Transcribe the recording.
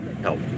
help